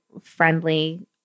friendly